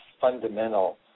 fundamental